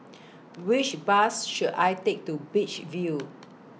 Which Bus should I Take to Beach View